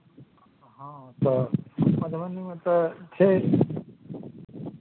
हँ तऽ मधुबनीमे तऽ छै